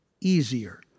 easier